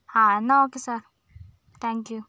ഹ എന്ന okay sir thank you